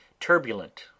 Turbulent